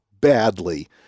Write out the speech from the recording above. badly